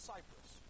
Cyprus